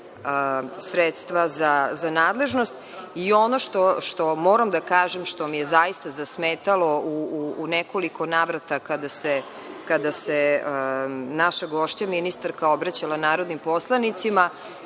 sredstva za nadležnost. Ono što moram da kažem, što mi je zaista zasmetalo u nekoliko navrata kada se naša gošća ministarka obraćala narodnim poslanicima,